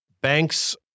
banks